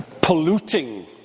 polluting